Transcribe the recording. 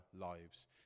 lives